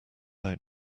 out